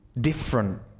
different